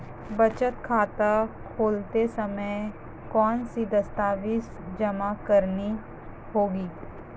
बचत खाता खोलते समय कौनसे दस्तावेज़ जमा करने होंगे?